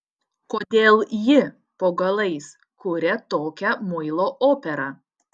kodėl ji po galais kuria tokią muilo operą